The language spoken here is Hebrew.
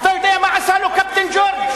אתה יודע מה עשה לו קפטן ג'ורג'?